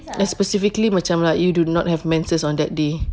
and specifically macam like you do not have menses on that day